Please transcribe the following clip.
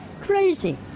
Crazy